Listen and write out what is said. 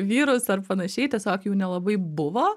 vyrus ar panašiai tiesiog jų nelabai buvo